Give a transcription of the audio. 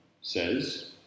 says